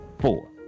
four